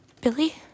Billy